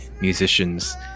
musicians